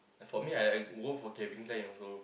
for me I I go for Calvin-Klein also